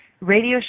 radio